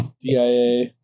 dia